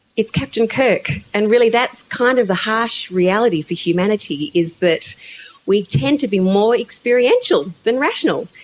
it's captain kirk. and really that's kind of the harsh reality for humanity, is that we tend to be more experiential than rational.